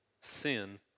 sin